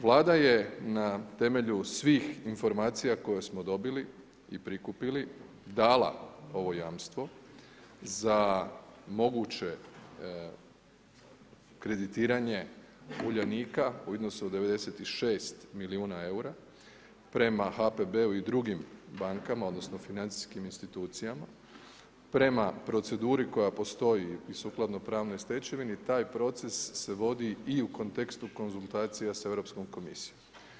Vlada je na temelju svih informacija koje smo dobili i prikupili dala ovo jamstvo za moguće kreditiranje Uljanika u iznosu od 96 milijuna eura prema HPB-u i drugim bankama, odnosno financijskim institucijama, prema proceduri koja postoji i sukladno pravnoj stečevini, taj proces se vodi i u kontekstu konzultacija sa Europskom komisijom.